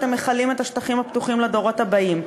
אתם מכלים את השטחים הפתוחים לדורות הבאים,